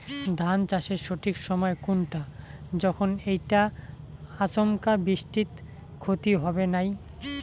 ধান চাষের সঠিক সময় কুনটা যখন এইটা আচমকা বৃষ্টিত ক্ষতি হবে নাই?